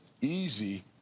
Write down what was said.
easy